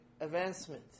advancement